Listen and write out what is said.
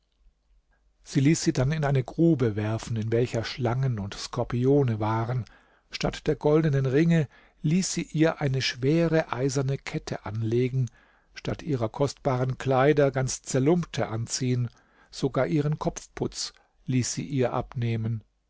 sie ließ sie dann in eine grube werfen in welcher schlangen und skorpione waren statt der goldenen ringe ließ sie ihr eine schwere eiserne kette anlegen statt ihrer kostbaren kleider ganz zerlumpte anziehen sogar ihren kopfputz ließ sie ihr abnehmen